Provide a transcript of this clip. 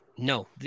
No